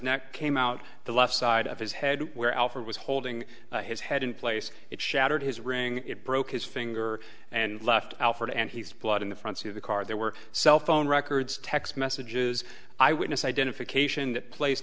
neck came out the left side of his head where alfred was holding his head in place it shattered his ring it broke his finger and left alford and he's blood in the front seat of the car there were cell phone records text messages eyewitness identification that placed